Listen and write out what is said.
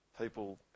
people